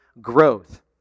growth